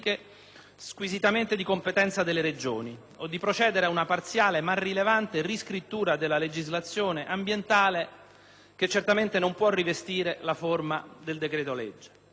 squisitamente di competenza delle Regioni o di procedere ad una parziale ma rilevante riscrittura della legislazione ambientale, che certamente non può rivestire la forma del decreto-legge.